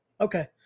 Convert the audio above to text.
Okay